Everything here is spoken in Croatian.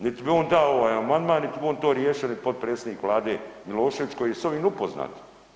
Niti bi on dao ovaj amandman, niti bi on to riješio nit potpredsjednik Vlade Milošević koji je s ovim upoznat.